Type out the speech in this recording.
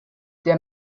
der